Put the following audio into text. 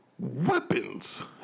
weapons